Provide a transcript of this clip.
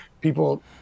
people